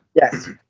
yes